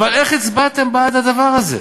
אבל איך הצבעתם בעד הדבר הזה?